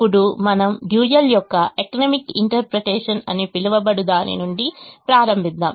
ఇప్పుడు మనము డ్యూయల్ యొక్క ఎకనమిక్ ఇంటర్ప్రిటేషన్ అని పిలువబడు దాని నుండి ప్రారంభిద్దాం